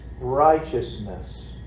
righteousness